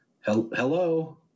hello